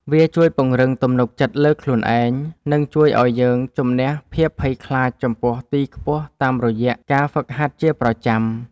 វាជួយពង្រឹងទំនុកចិត្តលើខ្លួនឯង និងជួយឱ្យយើងជម្នះភាពភ័យខ្លាចចំពោះទីខ្ពស់តាមរយៈការហ្វឹកហាត់ជាប្រចាំ។